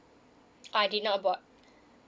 I did not bought